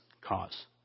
cause